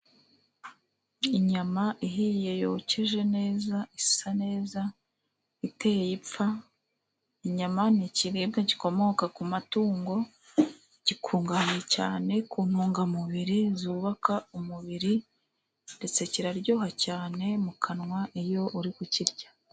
Inyama ihiye yokeje neza, isa neza iteye ipfa. Inyama ni ikiribwa gikomoka ku matungo gikungahaye cyane ku ntungamubiri zubaka umubiri, ndetse kiraryoha cyane mu kanwa iyo uri ku kirya.